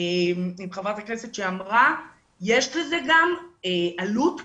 חברת הכנסת שאמרה שיש לזה גם עלות כלכלית.